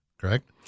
correct